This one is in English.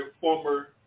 former